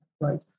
Right